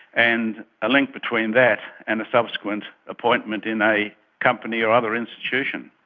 and a link between that and a subsequent appointment in a company or other institution.